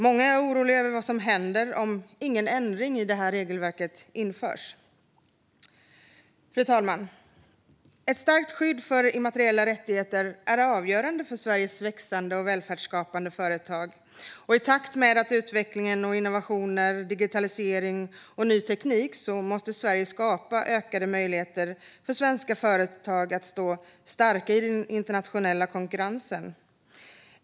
Många är oroliga över vad som händer om ingen ändring i regelverket införs. Fru talman! Ett starkt skydd för immateriella rättigheter är avgörande för Sveriges växande och välfärdsskapande företag. I takt med utveckling, innovationer, digitalisering och ny teknik måste Sverige skapa ökade möjligheter för svenska företag att stå starka i den internationella konkurrensen.